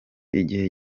igihe